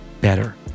better